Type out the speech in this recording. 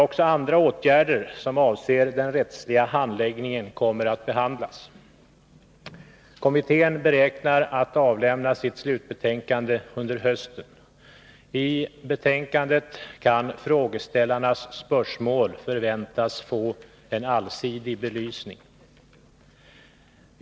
Även andra åtgärder som avser den rättsliga handläggningen kommer att behandlas. Kommittén beräknar att avlämna sitt slutbetänkande under hösten. I betänkandet kan frågeställarnas spörsmål förväntas få en allsidig belysning.